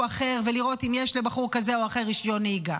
אחר ולראות אם יש לבחור כזה או אחר רישיון נהיגה.